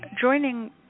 joining